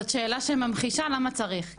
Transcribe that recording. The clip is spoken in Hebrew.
זאת שאלה שממחישה למה צריך.